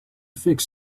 fix